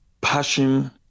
passion